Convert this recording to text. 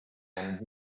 jäänud